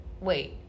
wait